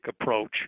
approach